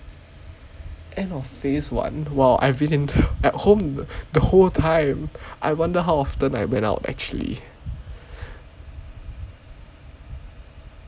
end of phase one !wow! I really didn't at home the whole time I wonder how often I went out actually